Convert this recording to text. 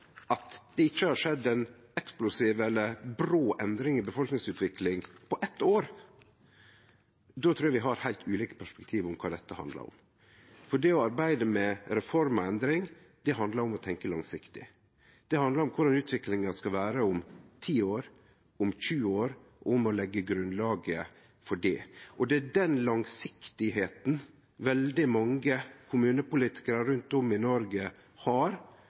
at det ikkje har skjedd ei eksplosiv eller brå endring i befolkningsutvikling på eitt år. Då trur eg vi har heilt ulike perspektiv på kva dette handlar om, for det å arbeide med reform og endring handlar om å tenkje langsiktig. Det handlar om korleis utviklinga skal vere om 10 år, om 20 år og om å leggje grunnlaget for det. Det er den langsiktigheita veldig mange kommunepolitikarar rundt om i Noreg har